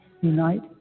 unite